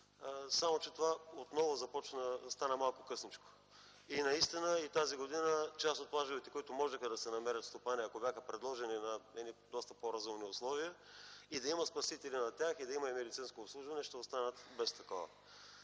Само че това отново стана малко късничко. Наистина и тази година част от плажовете, които можеха да си намерят стопани, ако бяха предложени на по-разумни условия, да има спасители на тях, да има и медицинско обслужване, ще останат без такова.